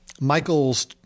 Michael's –